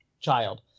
child